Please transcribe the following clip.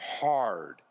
hard